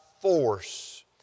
force